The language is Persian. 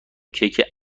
کیک